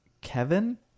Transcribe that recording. Kevin